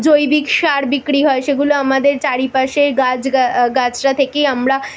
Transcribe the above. জৈবিক সার বিক্রি হয় যেগুলো আমাদের চারিপাশে গাছ গা গাছড়া থেকে আমরা